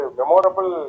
memorable